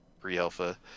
pre-alpha